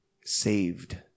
saved